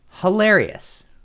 hilarious